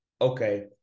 okay